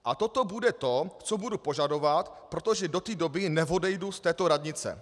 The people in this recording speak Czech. A toto bude to, co budu požadovat, protože do té doby neodejdu z této radnice.